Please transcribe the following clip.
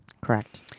Correct